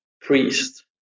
priest